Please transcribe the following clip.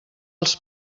els